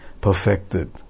perfected